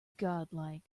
godlike